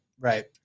Right